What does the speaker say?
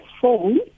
phone